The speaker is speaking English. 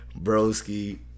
Broski